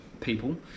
people